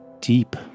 deep